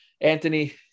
Anthony